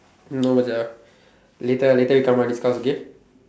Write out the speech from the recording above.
no Macha later later we come out discuss okay